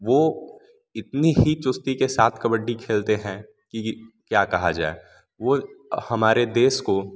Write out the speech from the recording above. वो इतनी ही चुस्ती के साथ कबड्डी खेलते हैं कि क्या कहा जाए वो हमारे देश को